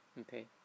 okay